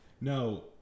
No